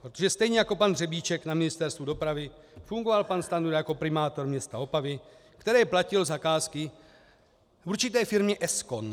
Protože stejně jako pan Řebíček na Ministerstvu dopravy fungoval pan Stanjura jako primátor města Opavy, které platilo zakázky určité firmě Eskon.